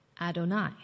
Adonai